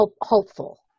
hopeful